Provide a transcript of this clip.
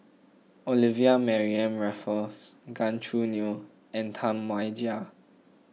Olivia Mariamne Raffles Gan Choo Neo and Tam Wai Jia